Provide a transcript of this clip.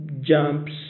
jumps